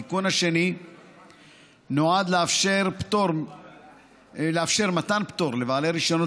התיקון השני נועד לאפשר מתן פטור לבעלי רישיונות